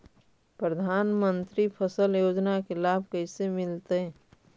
प्रधानमंत्री फसल योजना के लाभ कैसे मिलतै?